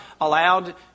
allowed